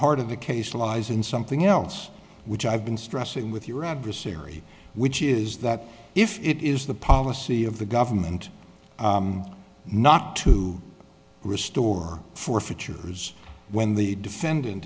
heart of the case lies in something else which i've been stressing with your adversary which is that if it is the policy of the government not to restore forfeitures when the defendant